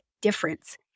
difference